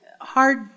hard